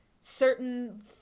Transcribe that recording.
certain